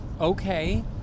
okay